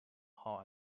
how